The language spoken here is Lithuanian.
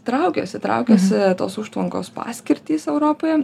traukiasi traukiasi tos užtvankos paskirtys europoje